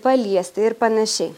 paliesti ir panašiai